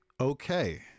okay